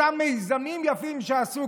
אותם מיזמים יפים שעשו,